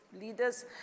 leaders